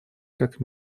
как